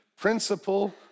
principle